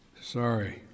Sorry